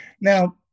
Now